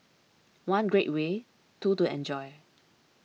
one great way two to enjoy